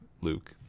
Luke